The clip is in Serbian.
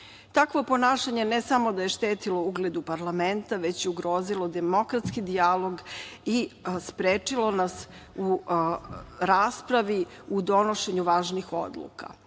Takvo ponašanje ne samo da je štetilo ugledu parlamenta, već je i ugrozilo demokratski dijalog i sprečilo nas u raspravi u donošenju važnih